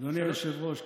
אדוני היושב-ראש,